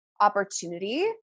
opportunity